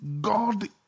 God